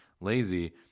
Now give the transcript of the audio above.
lazy